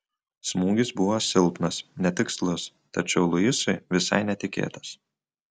smūgis buvo silpnas netikslus tačiau luisui visai netikėtas